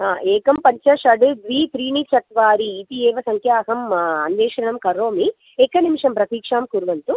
एकं पञ्च षड् द्वि त्रीणि चत्वारि इति एव सङ्ख्या अहम् अन्वेषणं करोमि एकनिमेषं प्रतीक्षां कुर्वन्तु